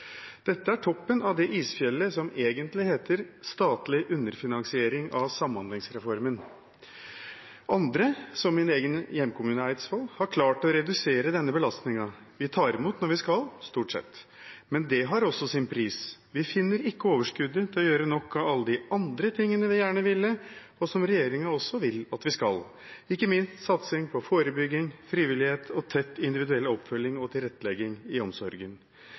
Dette er toppen av det isfjellet som egentlig heter statlig underfinansiering av samhandlingsreformen. Noen kommuner, som min egen hjemkommune Eidsvoll, har klart å redusere denne belastningen. Vi tar imot når vi skal, stort sett. Men det har også sin pris. Vi finner ikke overskuddet til å gjøre nok av alle de andre tingene vi gjerne ville gjøre, og som regjeringen også vil at vi skal, ikke minst satsing på forebygging, frivillighet og tett individuell oppfølging og tilrettelegging i omsorgen.